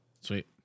Sweet